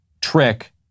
trick